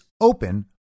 open